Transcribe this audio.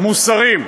מוסרים.